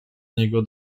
niego